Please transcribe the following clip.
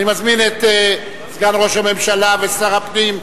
אני מזמין את סגן ראש הממשלה ושר הפנים,